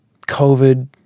COVID